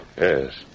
Yes